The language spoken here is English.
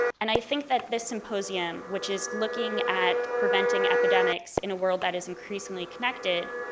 and i think that this symposium, which is looking at preventing epidemics in a world that is increasingly connected,